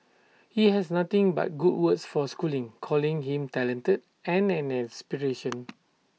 he has nothing but good words for schooling calling him talented and an inspiration